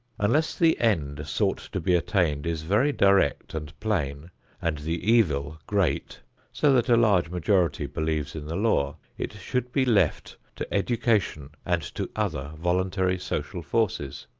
unless the end sought to be attained is very direct and plain and the evil great so that a large majority believes in the law, it should be left to education and to other voluntary social forces.